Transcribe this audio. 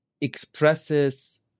expresses